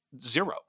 zero